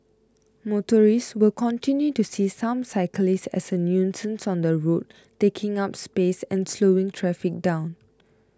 motorists will continue to see some cyclists as a nuisance on the road taking up space and slowing traffic down